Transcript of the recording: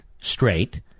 straight